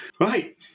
Right